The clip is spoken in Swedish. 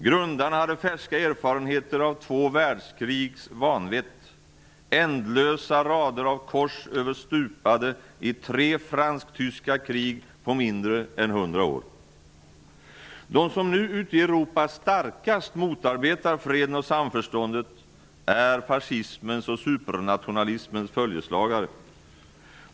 Grundarna hade färska erfarenheter av två världskrigs vanvett och ändlösa rader av kors över stupade i tre fransk-tyska krig på mindre än 100 år. De som nu ute i Europa starkast motarbetar freden och samförståndet är fascismens och supernationalismens följeslagare.